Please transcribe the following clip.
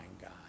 God